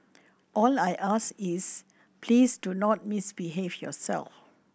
all I ask is please do not misbehave yourself